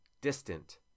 distant